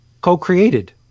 co-created